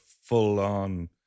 full-on